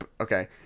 Okay